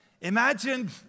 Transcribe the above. Imagine